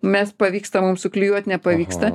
mes pavykstam mum suklijuot nepavyksta